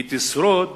היא תשרוד